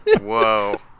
Whoa